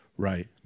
Right